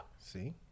See